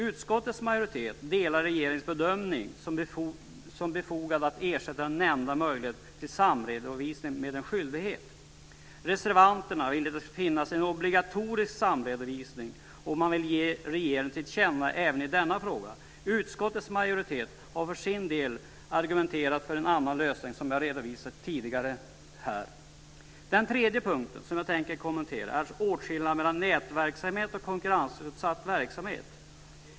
Utskottets majoritet delar regeringens bedömning att det är befogat att ersätta nämnda möjlighet till samredovisning med en skyldighet. Reservanterna vill att det ska finnas en obligatorisk samredovisning och vill även i denna fråga ge regeringen det till känna. Utskottets majoritet har för sin del argumenterat för en annan lösning, som har redovisats här tidigare. Den tredje punkten som jag tänker kommentera är åtskillnad mellan nätverksamhet och konkurrensutsatt verksamhet.